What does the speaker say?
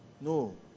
no